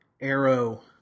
arrow